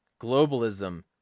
globalism